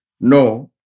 No